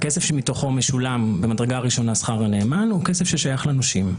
הכסף שמתוכו משולם במדרגה הראשונה שכר הנאמן הוא כסף ששייך לנושים.